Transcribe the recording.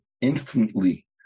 infinitely